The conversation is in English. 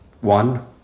one